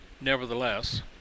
Nevertheless